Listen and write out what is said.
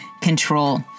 control